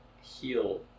heal